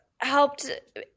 helped